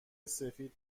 سفید